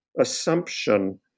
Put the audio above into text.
assumption